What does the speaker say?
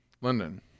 london